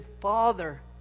Father